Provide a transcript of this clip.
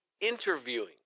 interviewing